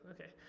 Okay